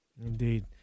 Indeed